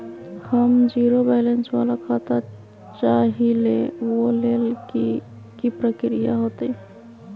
हम zero balance वाला खाता चाहइले वो लेल की की प्रक्रिया होतई?